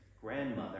grandmother